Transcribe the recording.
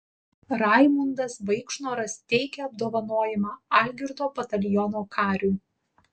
raimundas vaikšnoras teikia apdovanojimą algirdo bataliono kariui